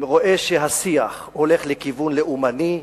רואה שהשיח הולך לכיוון לאומני,